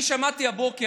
אני שמעתי הבוקר,